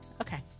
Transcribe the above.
Okay